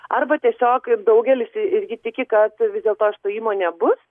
arba tiesiog kaip daugelis irgi tiki kad vis dėlto išstojimo nebus